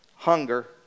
hunger